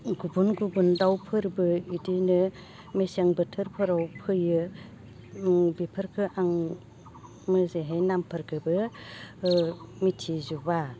गुबुन गुबुन दाउफोरबो इदिनो मेसें बोथोर फोराव फैयो बेफोरखो आं मोजांहाय नामफोरखो मिथिजोबा